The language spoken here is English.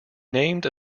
named